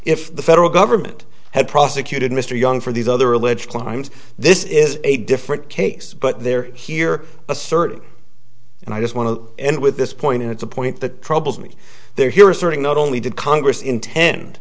if the federal government had prosecuted mr young as for these other alleged crimes this is a different case but they're here asserting and i just want to end with this point and it's a point that troubles me they're here asserting not only did congress intend